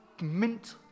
mint